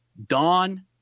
Dawn